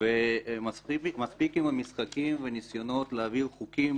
ומספיק עם המשחקים והניסיונות להעביר חוקים